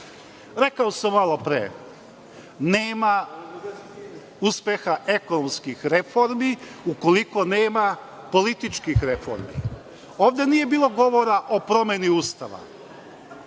sam malopre, nema uspeha ekonomskih reformi, ukoliko nema političkih reformi. Ovde nije bilo govora o promeni Ustava.